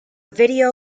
video